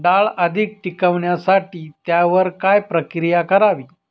डाळ अधिक टिकवण्यासाठी त्यावर काय प्रक्रिया करावी?